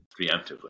preemptively